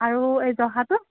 আৰু এই জহাটো